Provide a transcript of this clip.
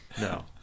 No